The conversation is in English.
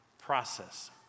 process